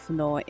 no